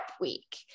week